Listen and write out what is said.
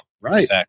Right